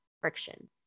friction